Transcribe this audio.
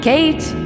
Kate